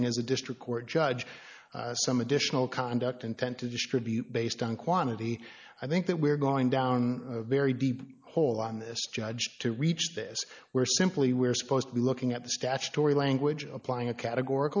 ting as a district court judge some additional conduct intent to distribute based on quantity i think that we're going down a very deep hole on this judge to reach this where simply we're supposed to be looking at the statutory language applying a categor